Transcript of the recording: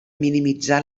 minimitzar